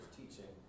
teaching